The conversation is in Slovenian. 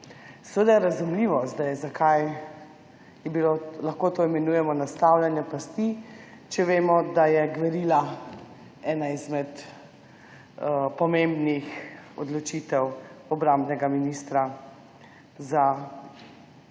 Seveda razumljivo zdaj, zakaj lahko to imenujemo nastavljanje pasti, če vemo, da je gverila ena izmed pomembnih odločitev obrambnega ministra za našo